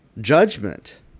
judgment